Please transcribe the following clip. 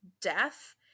death